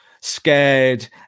scared